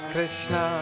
Krishna